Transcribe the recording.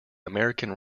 american